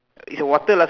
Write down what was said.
is a water lah